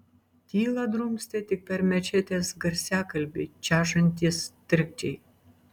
tylą drumstė tik per mečetės garsiakalbį čežantys trikdžiai